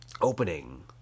opening